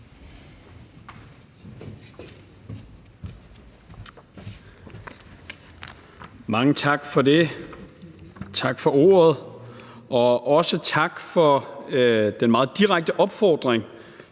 Mange tak for ordet, og også tak for den meget direkte opfordring